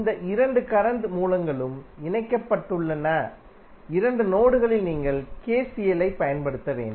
இந்த இரண்டு கரண்ட் மூலங்களும் இணைக்கப்பட்டுள்ள இரண்டு நோடுகளில் நீங்கள் KCL ஐப் பயன்படுத்த வேண்டும்